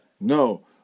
No